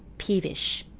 peevish,